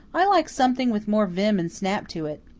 i like something with more vim and snap to it.